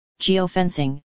geofencing